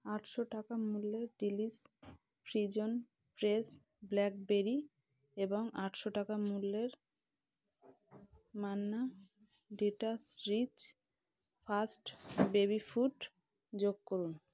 আটশো টাকা মূল্যের ডেলিশ ফ্রোজেন ফ্রেশ ব্ল্যাকবেরি এবং আটশো টাকা মূল্যের Manna dates rich first baby food যোগ করুন